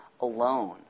alone